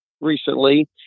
recently